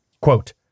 Quote